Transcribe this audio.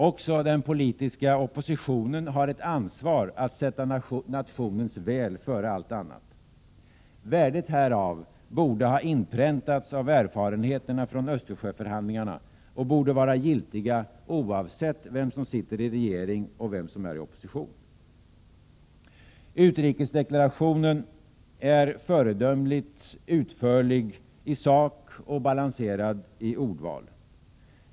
Också den politiska oppositionen har ett ansvar för att sätta nationens väl före allt annat. Värdet härav borde ha inpräntats av erfarenheterna från Östersjöförhandlingarna och de borde vara giltiga, oavsett vem som sitter i regering och vem som är i opposition. Utrikesdeklarationen är föredömligt utförlig i sak och balanserad i ordval.